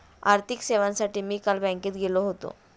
आर्थिक सेवांसाठी मी काल बँकेत गेलो होतो